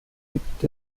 gibt